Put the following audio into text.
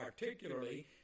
particularly